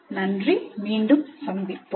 நன்றி மீண்டும் சந்திப்போம்